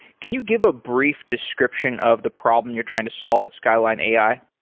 can you give a brief description of the problem you're trying to solve at skyline ai?